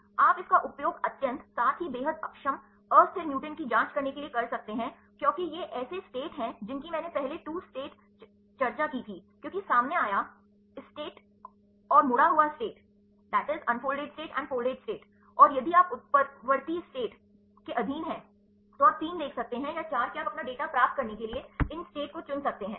आप इसका उपयोग अत्यंत साथ ही बेहद अक्षम अस्थिर म्यूटेंट की जांच करने के लिए कर सकते हैं क्योंकि ये ऐसे इसतेत हैं जिनकी मैंने पहले 2 इसतेत चर्चा की थी क्योंकि सामने आया इसतेत और मुड़ा हुआ इसतेत और यदि आप उत्परिवर्ती इसतेत के अधीन हैं तो आप 3 देख सकते हैं या 4 कि आप अपना डेटा प्राप्त करने के लिए इन इसतेत को चुन सकते हैं